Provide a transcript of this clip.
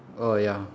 oh ya